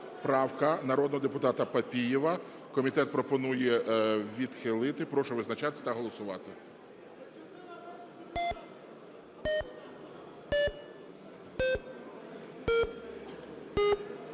правка народного депутата Папієва. Комітет пропонує відхилити. Прошу визначатись та голосувати.